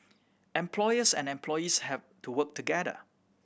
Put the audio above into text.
employers and employees have to work together